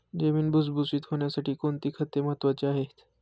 जमीन भुसभुशीत होण्यासाठी कोणती खते महत्वाची आहेत?